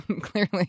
Clearly